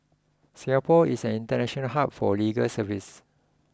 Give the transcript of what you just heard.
Singapore is an international hub for legal services